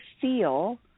feel